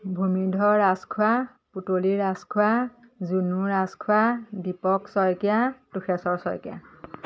Bhumidhar Rajkhowa Putali Rajkhowa Junu Rajkhowa Dipak Saikia Toseswar Saikia